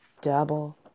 double